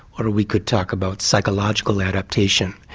or we could talk about psychological adaptation.